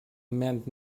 meant